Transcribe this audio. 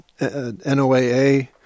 NOAA